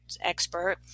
expert